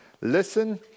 Listen